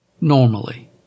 normally